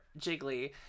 Jiggly